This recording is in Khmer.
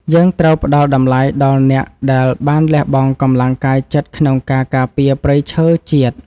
យើងត្រូវផ្តល់តម្លៃដល់អ្នកដែលបានលះបង់កម្លាំងកាយចិត្តក្នុងការការពារព្រៃឈើជាតិ។